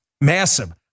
Massive